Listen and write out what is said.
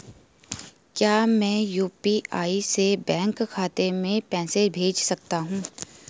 क्या मैं यु.पी.आई से बैंक खाते में पैसे भेज सकता हूँ?